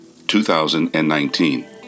2019